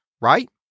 right